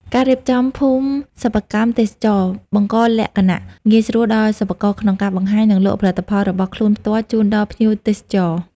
ការរៀបចំភូមិសិប្បកម្មទេសចរណ៍ បង្កលក្ខណៈងាយស្រួលដល់សិប្បករក្នុងការបង្ហាញ និងលក់ផលិតផលរបស់ខ្លួនផ្ទាល់ជូនដល់ភ្ញៀវទេសចរ។